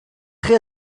chi